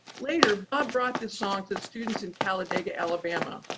later, bob brought this song to the students in talladega, alabama,